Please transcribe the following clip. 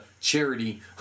charity